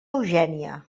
eugènia